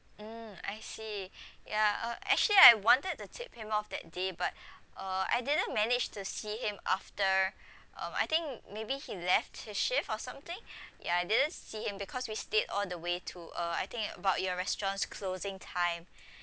mm I see yeah uh actually I wanted to tip him off that day but uh I didn't manage to see him after um I think maybe he left his shift or something ya I didn't see him because we stayed all the way to uh I think about your restaurant's closing time